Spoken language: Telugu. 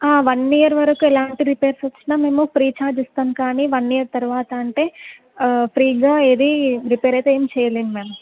వన్ ఇయర్ వరకు ఎలాంటి రిపేర్స్ వచ్చినా మేము ఫ్రీ ఛార్జ్ ఇస్తాము కానీ వన్ ఇయర్ తరువాత అంటే ఫ్రీగా ఏదీ రిపేర్ అయితే ఏం చేయలేము మ్యామ్